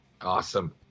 awesome